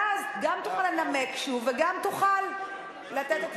ואז גם תוכל לנמק שוב וגם תוכל לתת את